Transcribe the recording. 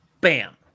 Bam